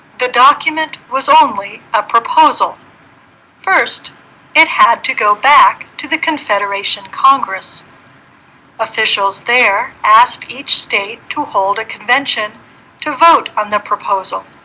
the document was only a proposal first it had to go back to the confederation congress officials there asked each state to hold a convention to vote on the proposal